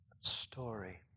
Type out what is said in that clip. story